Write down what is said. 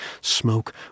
Smoke